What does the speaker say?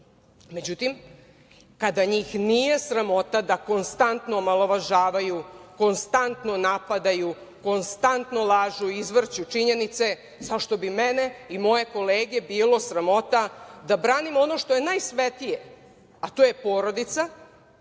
Međutim, kada njih nije sramota da konstantno omalovažavaju, konstantno napadaju, konstantno lažu i izvrću činjenice, zašto bi mene i moje kolege bilo sramota da branimo ono što je najsvetije, a to je porodica,